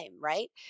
Right